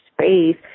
space